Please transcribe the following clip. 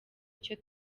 icyo